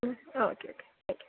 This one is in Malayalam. ആ ഓക്കെ ഓക്കെ ഓക്കെ